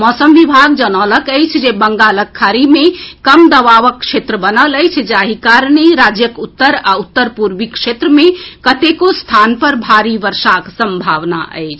मौसम विभाग जनौलक अछि जे बंगालक खाड़ी मे कम दबावक क्षेत्र बनल अछि जाहि कारणे राज्यक उत्तर आ उत्तर पूर्वी क्षेत्र मे कतेको स्थान पर भारी वर्षाक संभावना अछि